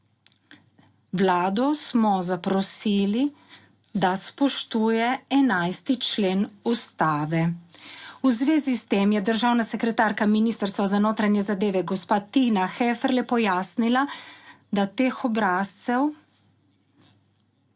Vlado smo zaprosili, da spoštuje 11. člen ustave. V zvezi s tem je državna sekretarka Ministrstva za notranje zadeve gospa Tina Heferle pojasnila, da teh obrazcev